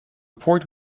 port